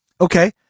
Okay